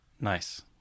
nice